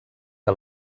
que